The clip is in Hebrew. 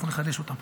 אנחנו נחדש אותם.